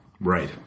right